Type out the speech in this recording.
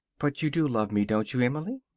but you do love me, don't you, emily?